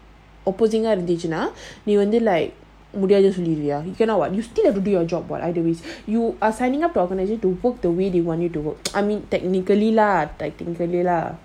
இருந்துச்சுன்னாநீவந்து:irunthuchuna nee vandhu then like முடியாதுனுசொல்லிடுவியா:mudiathunu solliduvia cannot what you still have to do your job what either ways you are signing up to work the way they want you to work I mean technically lah technically lah